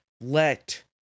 Let